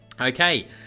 Okay